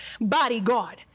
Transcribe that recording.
bodyguard